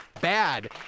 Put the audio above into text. bad